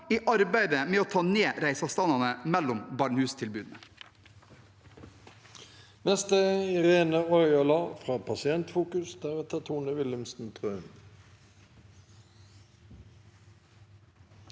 i arbeidet med å ta ned reiseavstandene mellom barnehustilbud.